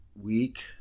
week